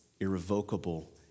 irrevocable